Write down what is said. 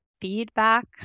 feedback